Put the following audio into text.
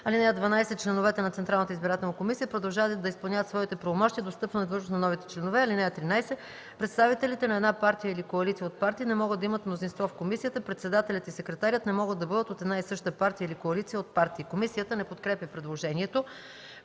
избирателна комисия продължават да изпълняват своите правомощия до встъпване в длъжност на новите членове. (13) Представителите на една партия или коалиция от партии не могат да имат мнозинство в комисията. Председателят и секретарят не могат да бъдат от една и съща партия или коалиция от партии.” Комисията не подкрепя предложението.